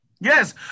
Yes